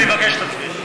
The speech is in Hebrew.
אני מבקש שתצביעי.